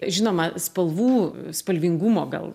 žinoma spalvų spalvingumo gal